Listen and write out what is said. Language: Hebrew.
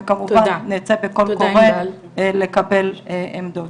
וכמובן נצא בקול קורא לקבל עמדות.